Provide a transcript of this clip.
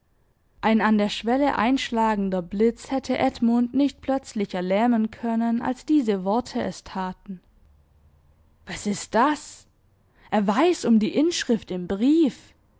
ein an der schwelle einschlagender blitz hätte edmund nicht plötzlicher lähmen können als diese worte es taten was ist das er weiß um die inschrift im brief